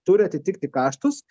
turi atitikti kaštus